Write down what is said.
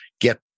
get